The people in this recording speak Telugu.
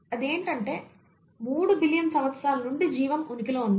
అది ఏంటంటే 3 బిలియన్ సంవత్సరాల నుండి జీవం ఉనికిలో ఉంది